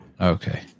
Okay